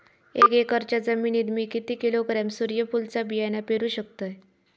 एक एकरच्या जमिनीत मी किती किलोग्रॅम सूर्यफुलचा बियाणा पेरु शकतय?